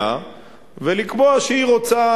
ולקבוע שהיא רוצה,